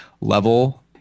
level